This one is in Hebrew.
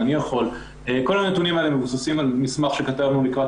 כל הנתונים האלה מבוססים על מסמך שכתבנו לקראת